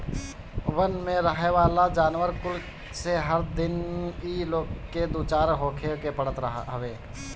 वन में रहेवाला जानवर कुल से हर दिन इ लोग के दू चार होखे के पड़त हवे